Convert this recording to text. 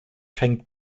fängt